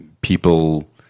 people